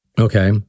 Okay